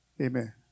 Amen